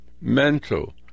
mental